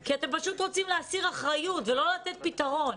כי אתם פשוט רוצים להסיר אחריות ולא לתת פתרון.